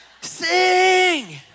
sing